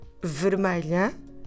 vermelha